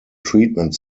treatment